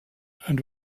and